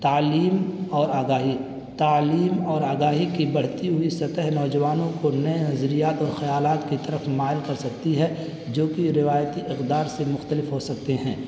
تعلیم اور آگاہی تعلیم اور آگاہی کی بڑھتی ہوئی سطح نوجوانوں کو نئے نظریات اور خیالات کے طرف مائل کر سکتی ہے جوکہ روایتی اقدار سے مختلف ہو سکتے ہیں